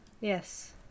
Yes